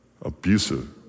abusive